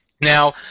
Now